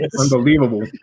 Unbelievable